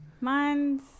Mine's